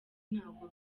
ntabwo